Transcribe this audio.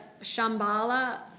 shambhala